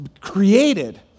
created